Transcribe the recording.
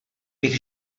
bych